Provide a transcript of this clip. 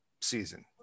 season